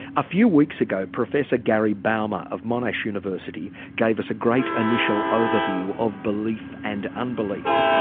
a few weeks ago professor gary bouma of monash university gave us a great initial overview of belief and unbelief.